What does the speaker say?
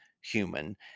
human